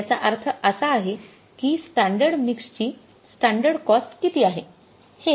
तर याचा अर्थ असा आहे की स्टँडर्ड मिक्सची स्टॅंडर्ड कॉस्ट किती आहे